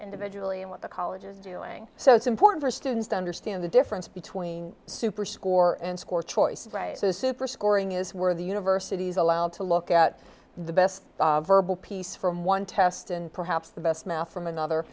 individually and what the college is doing so it's important for students to understand the difference between super score and score choice so super scoring is where the university's allowed to look at the best verbal piece from one test and perhaps the best math from another